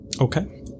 okay